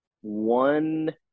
one